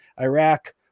Iraq